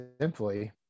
simply